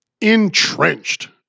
entrenched